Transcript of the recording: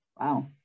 wow